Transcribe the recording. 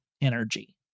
energy